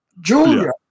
Julia